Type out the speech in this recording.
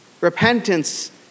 Repentance